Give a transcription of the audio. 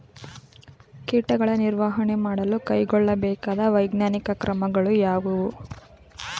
ಕೀಟಗಳ ನಿರ್ವಹಣೆ ಮಾಡಲು ಕೈಗೊಳ್ಳಬೇಕಾದ ವೈಜ್ಞಾನಿಕ ಕ್ರಮಗಳು ಯಾವುವು?